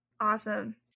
Awesome